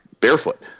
barefoot